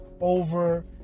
over